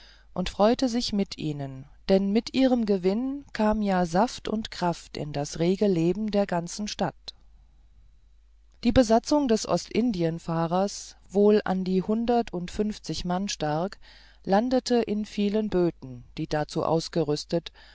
und freute sich mit ihnen denn mit ihrem gewinn kam ja saft und kraft in das rege leben der ganzen stadt die besatzung des ostindienfahrers wohl an die hundertundfunfzig mann stark landete in vielen böten die dazu ausgerüstet